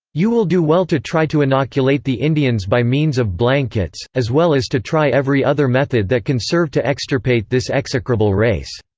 you will do well to try to innoculate the indians by means of blanketts, as well as to try every other method that can serve to extirpate this execrable race,